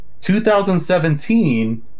2017